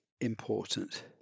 important